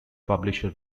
publisher